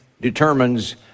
determines